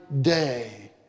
day